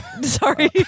Sorry